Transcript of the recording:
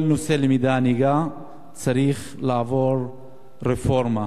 כל נושא לימודי הנהיגה צריך לעבור רפורמה.